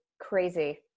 crazy